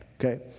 okay